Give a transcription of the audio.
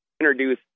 introduce